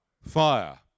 Fire